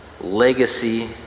Legacy